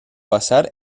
pasar